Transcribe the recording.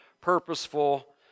purposeful